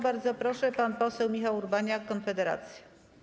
Bardzo proszę, pan poseł Michał Urbaniak, Konfederacja.